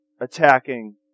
attacking